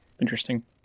Interesting